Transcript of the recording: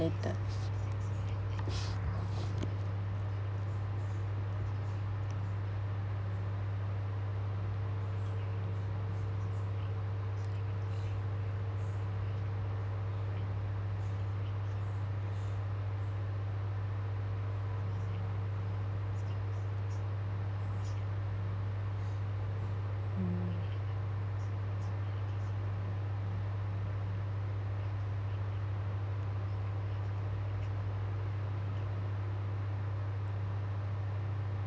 later